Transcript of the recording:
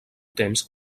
temps